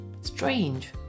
Strange